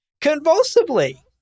convulsively